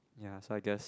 ya so I guess